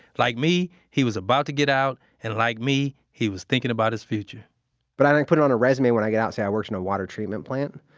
like me, he was about to get out and like me, he was thinking about his future but i didn't put it on a resume, when i get out, say i worked in a water treatment plant.